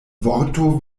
vorto